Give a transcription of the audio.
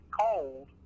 cold